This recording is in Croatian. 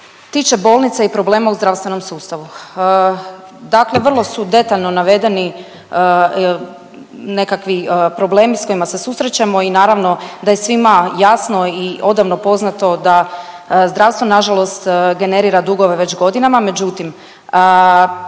tiče bolnica i problema u zdravstvenom sustavu. Dakle, vrlo su detaljno navedeni nekakvi problemi s kojima se susrećemo i naravno da je svima jasno i odavno poznato da zdravstvo nažalost generira dugove već godinama,